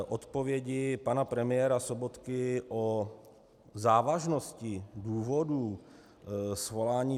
Konkrétní odpovědi pana premiéra Sobotky o závažnosti důvodů svolání